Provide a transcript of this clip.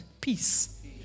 peace